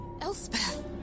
Elspeth